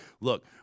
look